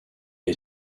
est